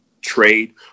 trade